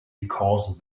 because